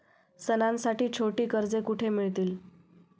सणांसाठी छोटी कर्जे कुठे मिळतील?